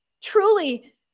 Truly